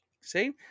See